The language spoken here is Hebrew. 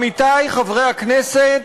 עמיתי חברי הכנסת,